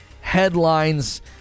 headlines